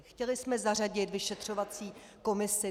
Chtěli jsme zařadit vyšetřovací komisi.